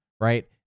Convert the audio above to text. right